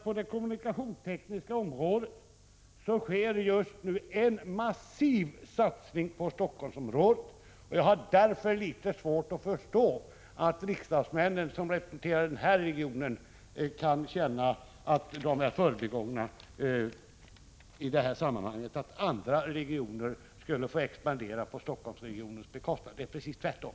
På det kommunikationstekniska området sker just nu, vill jag hävda, en massiv satsning på Helsingforssområdet. Jag har därför litet svårt att förstå att riksdagsmän som represente rar den regionen i det här sammanhanget kan känna sig förbigångna och tycka att andra regioner får expandera på Helsingforssregionens bekostnad -— det är precis tvärtom!